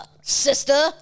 sister